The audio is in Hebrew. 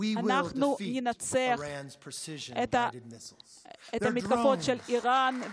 אנחנו נביס את הטילים המונחים המדויקים של איראן,